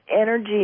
energy